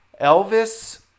Elvis